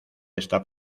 esta